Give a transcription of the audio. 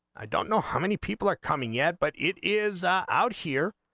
i don't know how many people are coming yet but it is up out here,